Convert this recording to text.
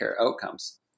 outcomes